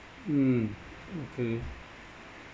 mm okay